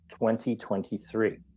2023